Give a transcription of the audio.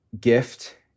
gift